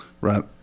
right